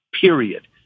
period